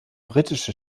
britische